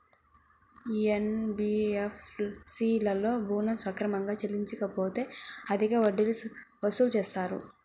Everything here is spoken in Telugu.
ఎన్.బీ.ఎఫ్.సి లలో ఋణం సక్రమంగా చెల్లించలేకపోతె అధిక వడ్డీలు వసూలు చేస్తారా?